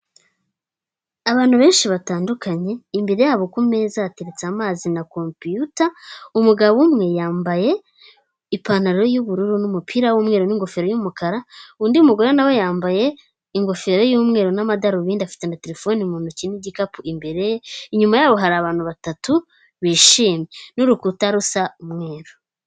Abantu benshi batandukanye imbere yabo ku meza hateretse amazi na komputa, umugabo umwe yambaye ipantaro y’ubururu n'umupira w'umweru n'ingofero y'umukara, undi mugore nawe yambaye ingofero y'umweru n'amadarubindi, afite na terefone mu ntoki n'igikapu imbere ye. Inyuma y'aho hari abantu batatu bishimye n'urukuta rusa umweru.